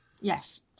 yes